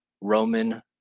Roman